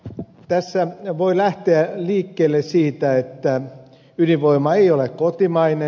tässä voi lähteä liikkeelle siitä että ydinvoima ei ole kotimainen